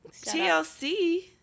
TLC